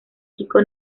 chico